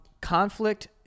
Conflict